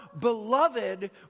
beloved